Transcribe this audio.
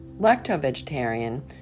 Lacto-vegetarian